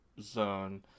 zone